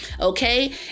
okay